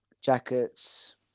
jackets